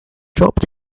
dropped